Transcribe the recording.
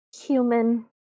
human